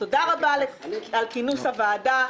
תודה רבה על כינוס הוועדה.